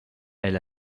elle